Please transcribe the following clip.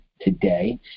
today